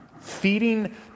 feeding